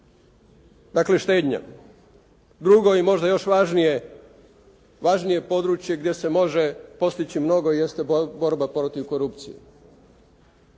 Dakle, štednja, drugo i možda još važnije područje gdje se može postići mnogo jeste borba protiv korupcije.